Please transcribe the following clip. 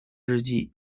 日记